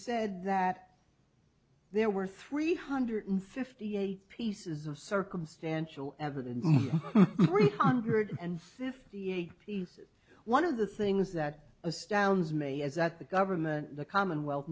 said that there were three hundred fifty eight pieces of circumstantial evidence hundred and fifty eight pieces one of the things that astounds me is that the government the commonwealth